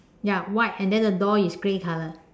ya white and then the door is grey color